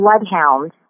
bloodhound